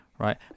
Right